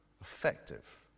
effective